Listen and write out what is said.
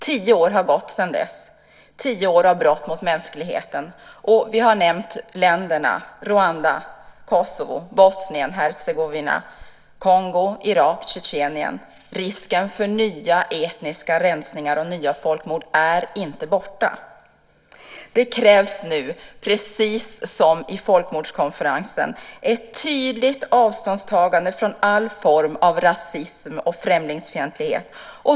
Tio år har gått sedan dess, tio år av brott mot mänskligheten. Vi har nämnt länderna Rwanda, Kosovo, Bosnien-Hercegovina, Kongo, Irak, Tjetjenien. Risken för nya etniska rensningar och nya folkmord är inte borta. Det krävs nu, precis som vid Folkmordskonferensen, ett tydligt avståndstagande från all form av rasism och främlingsfientlighet.